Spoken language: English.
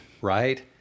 right